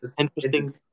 interesting